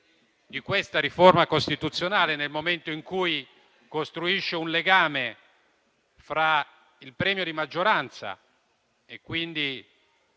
di questa riforma costituzionale, nel momento in cui costruisce un legame fra il premio di maggioranza e la